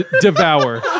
devour